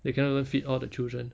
they cannot even feed all the children